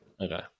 Okay